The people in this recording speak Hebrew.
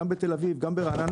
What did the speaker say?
גם בתל אביב וגם ברעננה